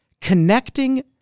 connecting